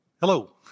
Hello